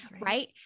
right